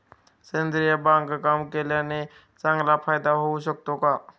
सेंद्रिय बागकाम केल्याने चांगला फायदा होऊ शकतो का?